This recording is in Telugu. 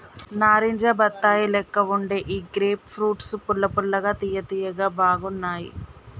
నారింజ బత్తాయి లెక్క వుండే ఈ గ్రేప్ ఫ్రూట్స్ పుల్ల పుల్లగా తియ్య తియ్యగా బాగున్నాయ్